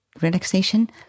relaxation